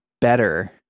better